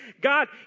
God